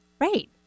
Right